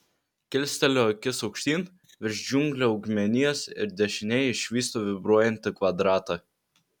kilsteliu akis aukštyn virš džiunglių augmenijos ir dešinėje išvystu vibruojantį kvadratą